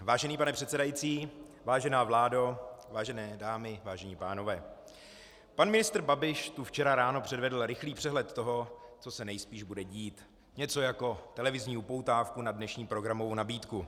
Vážený pane předsedající, vážená vládo, vážené dámy, vážení pánové, pan ministr Babiš tu včera ráno předvedl rychlý přehled toho, co se nejspíš bude dít, něco jako televizní upoutávku na dnešní programovou nabídku.